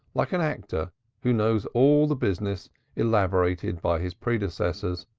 like an actor who knows all the business elaborated by his predecessors,